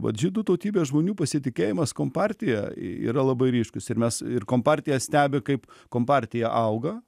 vat žydų tautybės žmonių pasitikėjimas kompartija yra labai ryškūs ir mes ir kompartija stebi kaip kompartija auga